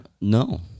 No